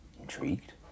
intrigued